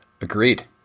Agreed